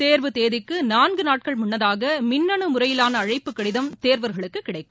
தேர்வு தேதிக்கு நான்கு நாட்கள் முன்னதாக மின்னனு முறையிலான அழைப்பு கடிதம் தேர்வர்களுக்கு கிடைக்கும்